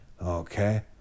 okay